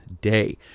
day